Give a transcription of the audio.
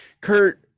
kurt